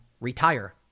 retire